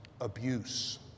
abuse